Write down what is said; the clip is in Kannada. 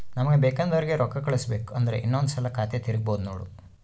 ನಮಗೆ ಬೇಕೆಂದೋರಿಗೆ ರೋಕ್ಕಾ ಕಳಿಸಬೇಕು ಅಂದ್ರೆ ಇನ್ನೊಂದ್ಸಲ ಖಾತೆ ತಿಗಿಬಹ್ದ್ನೋಡು